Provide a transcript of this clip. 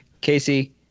Casey